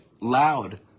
loud